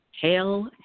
Hail